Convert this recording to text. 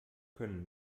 können